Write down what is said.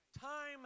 time